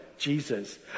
Jesus